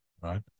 right